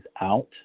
out